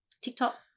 TikTok